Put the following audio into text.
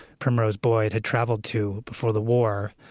primrose boyd, had traveled to before the war.